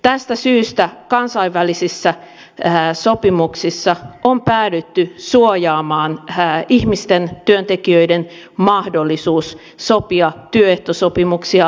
tästä syystä kansainvälisissä sopimuksissa on päädytty suojaamaan ihmisten työntekijöiden mahdollisuus sopia työehtosopimuksia laajemmin